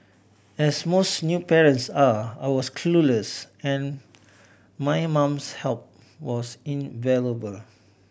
as most new parents are I was clueless and my mum's help was invaluable